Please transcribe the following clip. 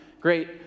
Great